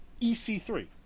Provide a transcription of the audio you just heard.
EC3